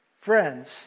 Friends